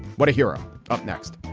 what a hero up next,